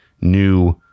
new